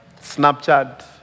Snapchat